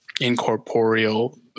incorporeal